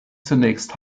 zunächst